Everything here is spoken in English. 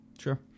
Sure